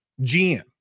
GM